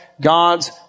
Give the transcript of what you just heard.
God's